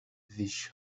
fis